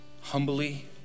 humbly